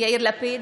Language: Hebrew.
יאיר לפיד,